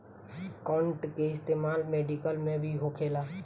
cotton के इस्तेमाल medical में भी होखेला